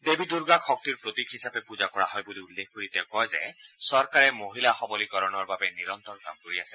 দেৱী দুৰ্গাক শক্তিক প্ৰতীক হিচাপে পূজা কৰা হয় বুলি উল্লেখ কৰি তেওঁ কয় যে চৰকাৰে মহিলা সৱলীকৰণৰ বাবে নিৰন্তৰ কাম কৰি আছে